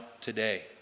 today